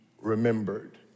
remembered